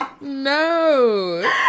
No